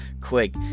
Quick